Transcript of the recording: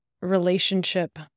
relationship